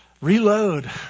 Reload